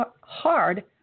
hard